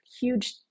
huge